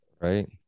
right